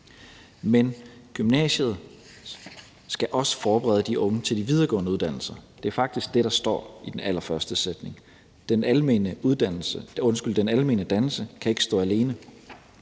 Men gymnasiet skal også forberede de unge til de videregående uddannelser. Det er faktisk det, der står i den allerførste sætning. Den almene dannelse kan ikke stå alene.